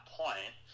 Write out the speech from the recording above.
point